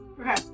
Okay